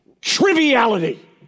triviality